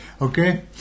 Okay